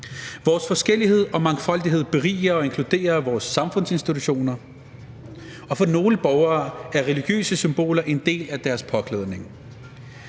Vores forskellighed og mangfoldighed beriger og gør vores samfundsinstitutioner inkluderende, og for nogle borgere er religiøse symboler en del af deres påklædning.